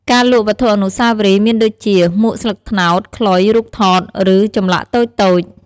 ការលក់វត្ថុអនុស្សាវរីយ៍មានដូចជា មួកស្លឹកត្នោត ខ្លុយ រូបថត ឬចម្លាក់តូចៗ។